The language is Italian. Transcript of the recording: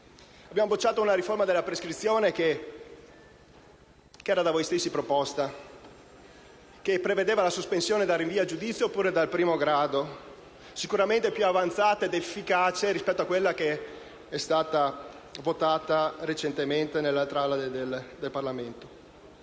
Abbiamo bocciato una riforma della prescrizione che era stata da voi stessi proposta e che prevedeva la sospensione dal rinvio a giudizio oppure dal primo grado, sicuramente più avanzata ed efficace rispetto a quella che è stata votata recentemente nell'altra Aula del Parlamento.